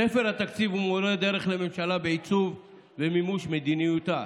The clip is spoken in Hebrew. ספר התקציב הוא מורה דרך לממשלה בעיצוב ומימוש מדיניותה.